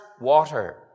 water